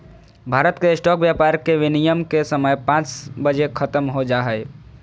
भारत मे स्टॉक व्यापार के विनियम के समय पांच बजे ख़त्म हो जा हय